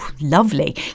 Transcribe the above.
lovely